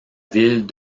ville